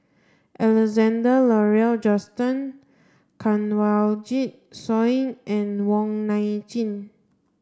Alexander Laurie Johnston Kanwaljit Soin and Wong Nai Chin